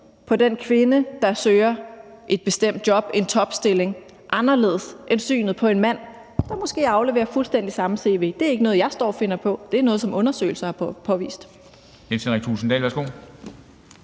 på den kvinde, der søger et bestemt job, en topstilling, anderledes end synet på en mand, der måske afleverer fuldstændig samme cv. Det er ikke noget, jeg står og finder på; det er noget, som undersøgelser har påvist.